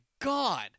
God